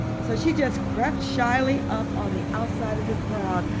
so she just crept shyly up on the outside of the crowd,